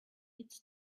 its